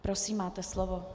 Prosím, máte slovo.